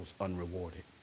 unrewarded